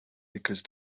because